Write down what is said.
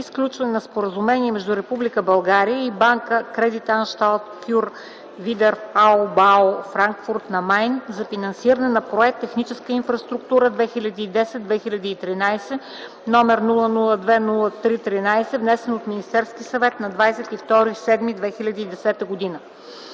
и сключване на Споразумение между Република България и Банка Кредитанщалт фюр Видерауфбау - Франкфурт на Майн, за финансиране на проект „Техническа инфраструктура 2010-2013”, № 002 03 13, внесен от Министерския съвет на 22 юли 2010 г.